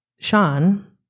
Sean